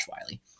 Wiley